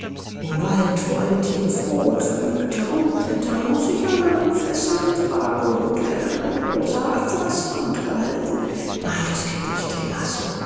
im wald wo alle thiere froh und vergnügt herumklettern muß ich allein fesseln tragen und werde an einem rosa atlasband gehalten nein das geht nicht länger so